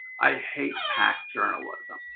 i hate pack journalism.